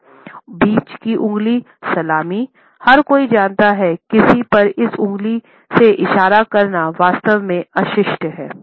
बीच की उँगली सलामी हर कोई जानता है कि किसी पर इस उंगली से इशारा करना वास्तव में अशिष्ट है